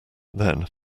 then